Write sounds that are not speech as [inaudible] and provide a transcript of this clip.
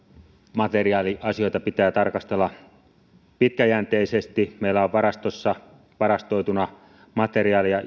materiaaliasioita pitää tarkastella pitkäjänteisesti meillä on varastossa varastoituna materiaalia [unintelligible]